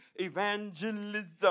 evangelism